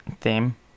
theme